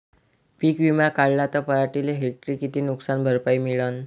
पीक विमा काढला त पराटीले हेक्टरी किती नुकसान भरपाई मिळीनं?